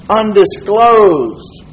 undisclosed